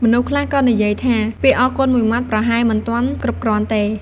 មនុស្សខ្លះក៏និយាយថា "ពាក្យអរគុណមួយម៉ាត់ប្រហែលមិនទាន់គ្រប់គ្រាន់ទេ"